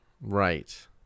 Right